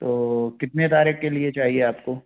तो कितने तारीख के लिए चाहिए आपको